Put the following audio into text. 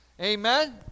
Amen